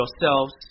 yourselves